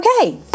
Okay